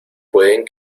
pueden